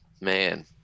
Man